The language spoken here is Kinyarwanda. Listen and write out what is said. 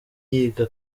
yiga